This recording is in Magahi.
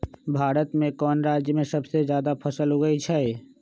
भारत में कौन राज में सबसे जादा फसल उगई छई?